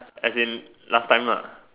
as in last time lah